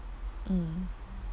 mm